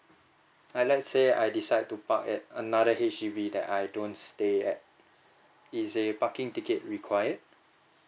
let's say I decide to park at another H_D_B that I don't stay at is a parking ticket required